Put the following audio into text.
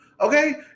okay